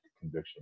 conviction